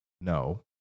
No